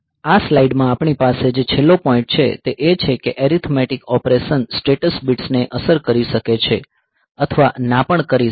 આ સ્લાઇડ માં આપણી પાસે જે છેલ્લો પોઈન્ટ છે તે એ છે કે એરીથમેટિક ઓપરેશન સ્ટેટસ બિટ્સ ને અસર કરી શકે છે અથવા ના પણ કરી શકે